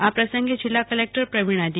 આ પ્રસંગે જિલ્લા કલેકટર પ્રવીણા ડી